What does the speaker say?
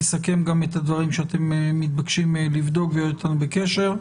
נסכם גם את הדברים שאתם מתבקשים לבדוק ונהיה אתכם בקשר.